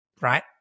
right